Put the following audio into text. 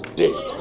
dead